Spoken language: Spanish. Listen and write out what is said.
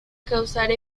causar